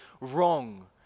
wrong